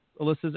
Alyssa's